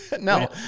no